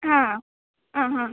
ಹಾಂ ಹಾಂ ಹಾಂ